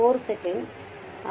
4 second ಬಲ